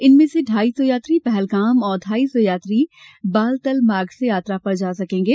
इनमें से ढ़ाई सौ यात्री पहलगाम और ढ़ाई सौ यात्री बालतल मार्ग से यात्रा पर जा सकेंगे